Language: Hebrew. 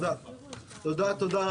תודה.